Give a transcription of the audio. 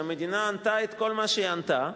שהמדינה ענתה את כל מה שהיא ענתה,